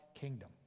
kingdom